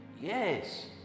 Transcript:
yes